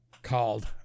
called